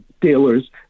dealers